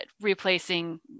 replacing